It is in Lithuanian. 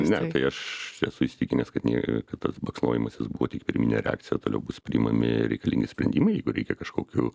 ne tai aš esu įsitikinęs kad nie kad tas baksnojimasis buvo tik pirminė reakcija toliau bus priimami reikalingi sprendimai jeigu reikia kažkokių